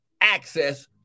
access